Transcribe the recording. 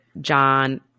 John